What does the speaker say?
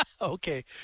Okay